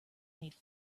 made